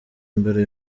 imbere